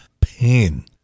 pain